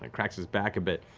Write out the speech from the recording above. ah cracks his back a bit.